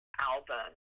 album